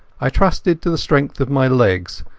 i trusted to the strength of my legs,